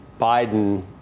Biden